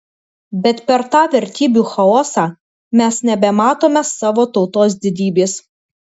bet per tą vertybių chaosą mes nebematome savo tautos didybės